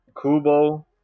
Kubo